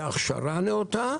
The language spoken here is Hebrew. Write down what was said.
זה בהכשרה נאותה,